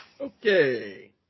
Okay